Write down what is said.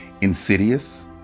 insidious